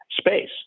space